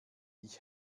ich